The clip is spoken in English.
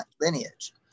lineage